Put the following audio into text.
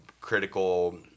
critical